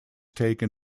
taken